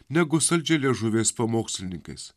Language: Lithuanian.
negu saldžialiežuviais pamokslininkais